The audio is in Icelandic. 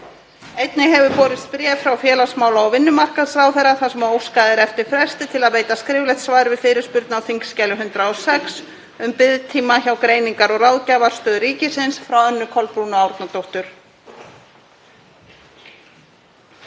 Einnig hefur borist bréf frá félagsmála- og vinnumarkaðsráðherra þar sem óskað er eftir fresti til að veita skriflegt svar við fyrirspurn á þskj. 106, um biðtíma hjá Greiningar- og ráðgjafarstöð ríkisins, frá Önnu Kolbrúnu Árnadóttur.